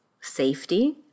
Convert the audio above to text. safety